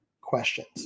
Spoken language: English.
questions